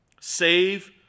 Save